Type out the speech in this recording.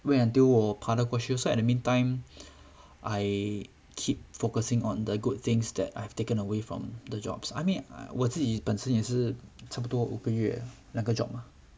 wait until 我跑了过去 also at the meantime I keep focusing on the good things that I've taken away from the jobs I mean 我自己本身也是差不多五个月两个 job mah